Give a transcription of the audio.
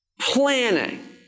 planning